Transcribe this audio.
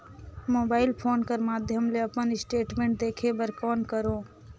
Mobile phone कर माध्यम ले अपन स्टेटमेंट देखे बर कौन करों?